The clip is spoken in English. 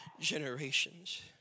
generations